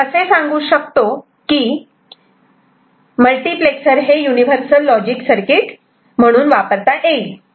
आणि यामुळे आपण असे सांगू शकतो कि मल्टिप्लेक्सर हे युनिव्हर्सल लॉजिक सर्किट म्हणून वापरता येईल